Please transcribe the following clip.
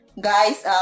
guys